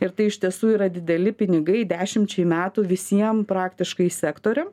ir tai iš tiesų yra dideli pinigai dešimčiai metų visiem praktiškai sektoriam